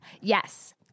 Yes